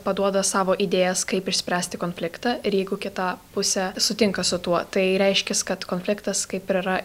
paduoda savo idėjas kaip išspręsti konfliktą ir jeigu kita pusė sutinka su tuo tai reiškias kad konfliktas kaip ir yra